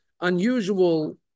unusual